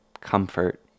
comfort